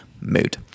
mood